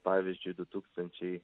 pavyzdžiui du tūkstančiai